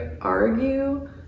argue